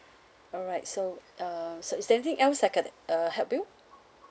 alright so uh so is there anything else I can uh help you